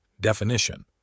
Definition